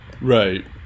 Right